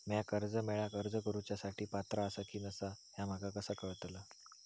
म्या कर्जा मेळाक अर्ज करुच्या साठी पात्र आसा की नसा ह्या माका कसा कळतल?